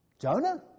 Jonah